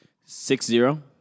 Six-zero